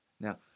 Now